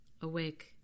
Awake